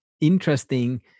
interesting